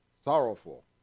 sorrowful